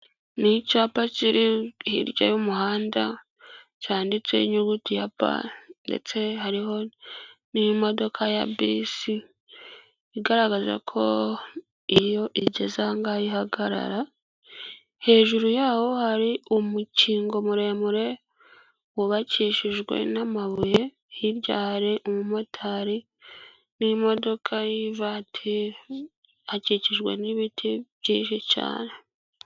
Ni icyapa kiri hirya y'umuhanda, cyanditseho inyuguti ya P ndetse hariho n'imodoka ya bisi, igaragaza ko iyo igeze aha ngaha ihagarara, hejuru yaho hari umukingo muremure wubakishijwe n'amabuye, hirya hari umumotari n'imodoka y'ivatiri akikijwe n'ibiti byinshi cyane.